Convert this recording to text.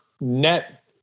net